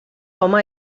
home